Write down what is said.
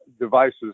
devices